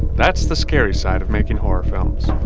that's the scary side of making horror films.